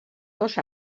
dos